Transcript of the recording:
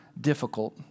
difficult